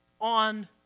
on